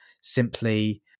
simply